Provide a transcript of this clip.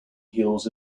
hills